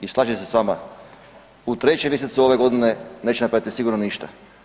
I slažem se s vama, u trećem mjesecu ove godine neće napraviti sigurno ništa.